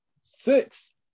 six